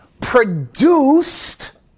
produced